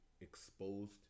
exposed